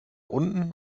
unten